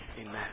Amen